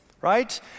right